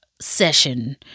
session